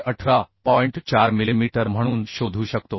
4 millimetre म्हणून शोधू शकतो